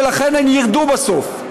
ולכן הן ירדו בסוף.